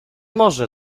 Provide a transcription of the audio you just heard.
może